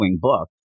book